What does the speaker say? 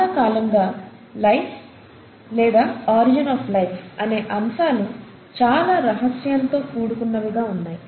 చాలా కాలంగా లైఫ్ లేదా ఆరిజిన్ ఆఫ్ లైఫ్ అనే అంశాలు చాలా రహస్యంతో కూడుకున్నవిగా ఉన్నాయి